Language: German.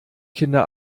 kinder